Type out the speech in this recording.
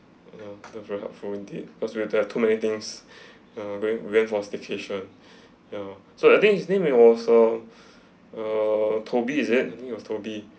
ya they're very helpful indeed cause we have there too many things ya we're going we're going went for a staycation ya so I think his name it was uh err toby is it I think it was toby